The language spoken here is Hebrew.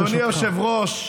אדוני היושב-ראש,